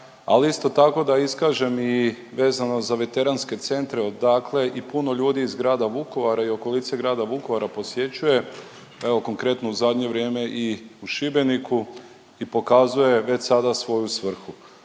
ali isto tako da iskažem i vezano za veteranske centre odakle i puno ljudi iz grada Vukovara i okolice grada Vukovara posjećuje, evo konkretno u zadnje vrijeme i u Šibeniku i pokazuje već sada svoju svrhu.